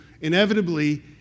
inevitably